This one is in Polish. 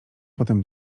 potem